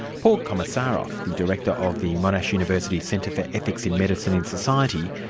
paul komesaroff, the director of the monash university centre for ethics in medicine and society,